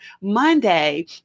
Monday